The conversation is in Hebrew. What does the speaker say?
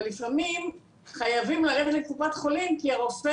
אבל לפעמים חייבים ללכת לקופת חולים כי הרופא